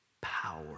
power